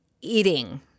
eating